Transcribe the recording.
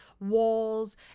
walls